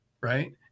right